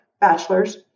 bachelor's